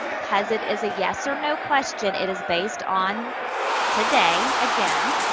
because it is a yes or no question, it is based on today, again,